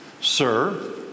Sir